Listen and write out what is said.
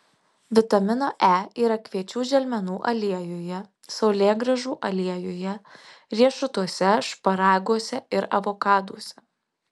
vitamino e yra kviečių želmenų aliejuje saulėgrąžų aliejuje riešutuose šparaguose ir avokaduose